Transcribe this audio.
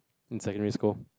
in secondary school